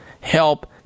help